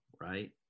right